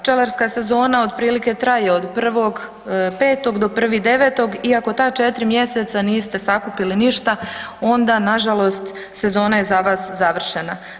Pčelarska sezona otprilike traje od 1.5. do 1.9. i ako ta 4 mjeseca niste sakupili ništa onda nažalost sezona je za vas završena.